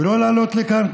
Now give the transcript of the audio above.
ולא לעלות לכאן,